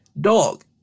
Dog